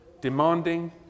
demanding